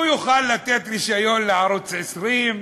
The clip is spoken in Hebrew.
הוא יוכל לתת רישיון לערוץ 20,